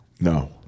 No